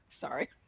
sorry